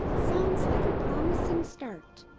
sounds like a promising start!